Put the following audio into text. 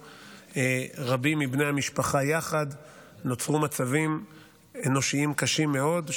רבים מבני המשפחה יחד ונוצרו מצבים אנושיים קשים מאוד.